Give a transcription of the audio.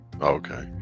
Okay